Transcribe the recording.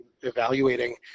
evaluating